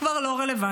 כבר לא רלוונטי.